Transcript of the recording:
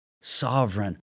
sovereign